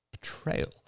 betrayal